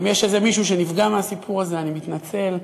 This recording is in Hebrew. אם יש מישהו שנפגע מהסיפור הזה, אני מתנצל.